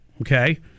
okay